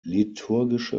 liturgische